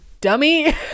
dummy